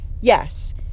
yes